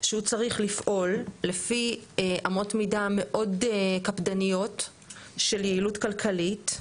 שהוא צריך לפעול לפי אמות מידה מאוד קפדניות של יעילות כלכלית.